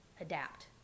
adapt